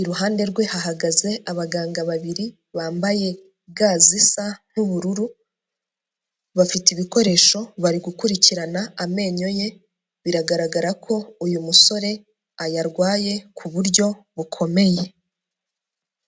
iruhande rwe hahagaze abaganga babiri bambaye ga zisa z'ubururu, bafite ibikoresho bari gukurikirana amenyo ye biragaragara ko uyu musore ayarwaye ku buryo bukomeye.